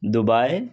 Dubai